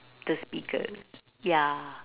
the speaker yeah